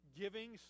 giving